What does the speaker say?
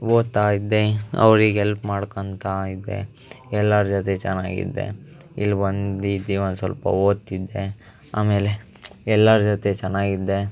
ಓದುತ್ತಾ ಇದ್ದೆ ಅವ್ರಿಗೆ ಎಲ್ಪ್ ಮಾಡ್ಕೊಂತ ಇದ್ದೆ ಎಲ್ಲರ ಜೊತೆ ಚೆನ್ನಾಗಿದ್ದೆ ಇಲ್ಲಿ ಬಂದು ದಿನ ಸ್ವಲ್ಪ ಓದ್ತಿದ್ದೆ ಆಮೇಲೆ ಎಲ್ಲರ ಜೊತೆ ಚೆನ್ನಾಗಿದ್ದೆ